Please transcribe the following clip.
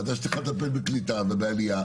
ועדה שצריכה לטפל בקליטה ובעלייה,